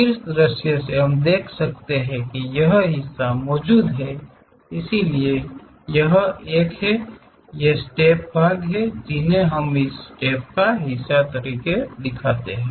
शीर्ष दृश्य से हम देख सकते हैं कि यह हिस्सा मौजूद है इसलिए यह एक है ये स्टेप के भाग हैं जिन्हें हम इस स्टेप का हिस्सा देख सकते हैं